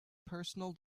personal